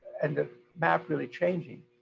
and the map really changing.